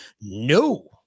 no